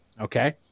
okay